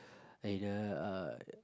in the uh